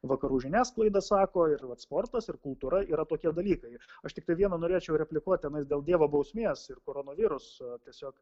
vakarų žiniasklaida sako ir vat sportas ir kultūra yra tokie dalykai ir aš tiktai vieną norėčiau replikuot tenais dėl dievo bausmės ir koronaviruso tiesiog